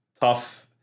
tough